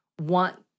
want